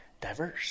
diverse